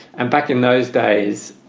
and back in those days,